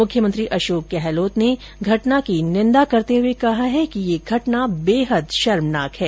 मुख्यमंत्री अशोक गहलोत ने घटना की निंदा करते हुए कहा है कि ये घटना बेहद शर्मनाक है